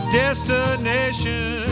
destination